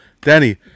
Danny